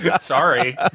Sorry